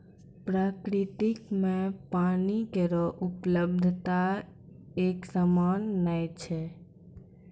प्रकृति म पानी केरो उपलब्धता एकसमान नै छै